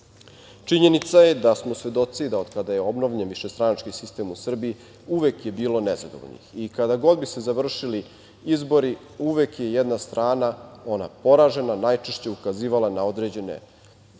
izbora. Činjenica je da smo svedoci, da od kada je obnovljen višestranački sistem u Srbiji uvek je bilo nezadovoljnih. I kada god bi se završili izbori uvek je jedna strana, ona poražena, najčešće ukazivala na određene nedostatke,